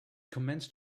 commenced